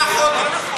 כמה ימים צריך?